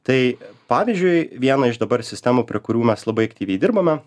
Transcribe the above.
tai pavyzdžiui vieną iš dabar sistemų prie kurių mes labai aktyviai dirbame